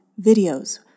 videos